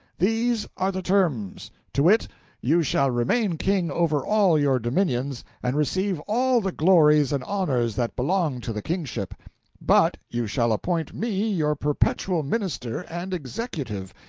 these are the terms, to wit you shall remain king over all your dominions, and receive all the glories and honors that belong to the kingship but you shall appoint me your perpetual minister and executive,